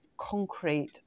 concrete